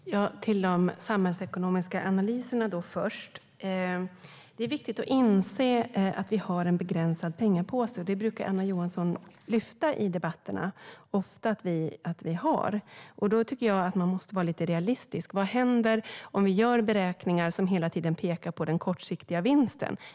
Fru talman! När det först gäller de samhällsekonomiska analyserna är det viktigt att inse att vi har en begränsad pengapåse, och det brukar Anna Johansson ofta lyfta fram i debatterna. Då tycker jag att man måste vara lite realistisk. Vad händer om vi gör beräkningar som hela tiden pekar på den kortsiktiga vinsten?